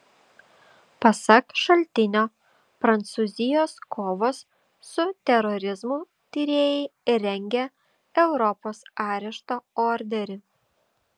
pasak šaltinio prancūzijos kovos su terorizmu tyrėjai rengia europos arešto orderį